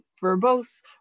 verbose